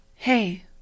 Hey